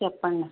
చెప్పండి